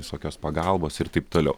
visokios pagalbos ir taip toliau